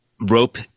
rope